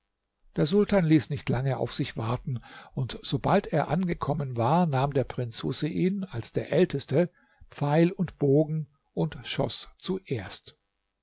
der sultan ließ nicht lange auf sich warten und sobald er angekommen war nahm der prinz husein als der älteste pfeil und bogen und schoß zuerst